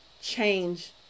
change